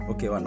Okay